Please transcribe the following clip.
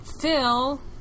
Phil